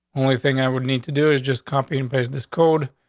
only thing i would need to do is just company in place this cold.